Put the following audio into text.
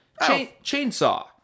chainsaw